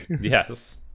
Yes